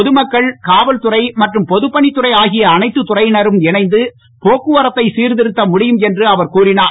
பொதுமக்கள் காவல்துறை மற்றும் பொதுப்பணித்துறை அதிய அனைத்து துறையினரும் இணைந்து போக்குவரத்தை சீர்திருத்த முடியும் என்று அவர் கூறினார்